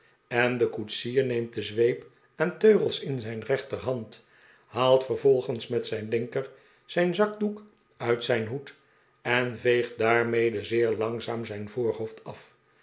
niets de koetsier neemt zweep en teugels in zijn rechterhand haalt vervolgens met zijn linker zijn zakdoek uit zijn hoed en veegt daarmede zeer langzaam zijn voorhoofd af